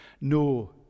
no